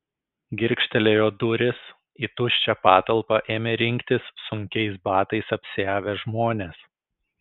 girgžtelėjo durys į tuščią patalpą ėmė rinktis sunkiais batais apsiavę žmonės